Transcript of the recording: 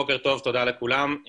בוקר טוב ותודה לכולם.